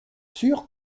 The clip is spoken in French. sûre